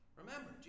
Remember